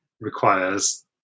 requires